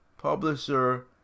publisher